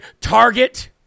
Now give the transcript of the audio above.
Target